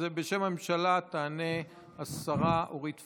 בשם הממשלה תענה השרה אורית פרקש.